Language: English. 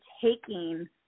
taking